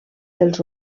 dels